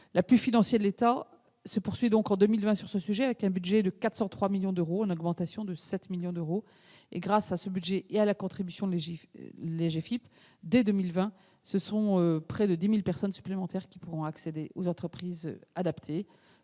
L'appui financier de l'État se poursuit en 2020 sur ce sujet, avec un budget de 403 millions d'euros, en augmentation de 7 millions d'euros. Grâce à ce budget et à la contribution de l'Agefiph, ce sont près de 10 000 personnes supplémentaires qui pourront accéder aux entreprises adaptées